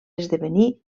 esdevenir